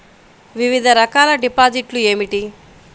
వివిధ రకాల డిపాజిట్లు ఏమిటీ?